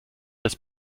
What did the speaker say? des